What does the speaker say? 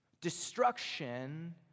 Destruction